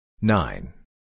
Nine